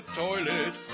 toilet